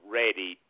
ready